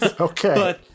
Okay